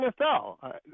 NFL